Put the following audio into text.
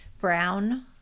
brown